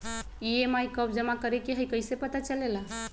EMI कव जमा करेके हई कैसे पता चलेला?